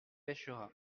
pêchera